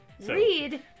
Read